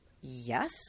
yes